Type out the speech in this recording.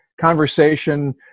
conversation